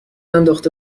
انداخته